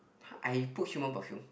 I put human perfume